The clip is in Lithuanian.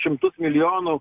šimtus milijonų